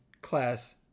class